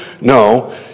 No